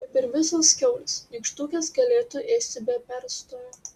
kaip ir visos kiaulės nykštukės galėtų ėsti be perstojo